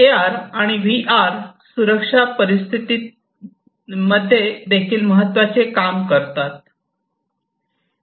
ए R आणि V R सुरक्षा परिस्थितीत मध्ये देखील महत्त्वाचे काम करतात